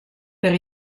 per